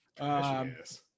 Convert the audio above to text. Yes